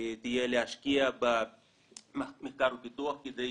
הדרך הנכונה תהיה להשקיע במחקר ופיתוח כדי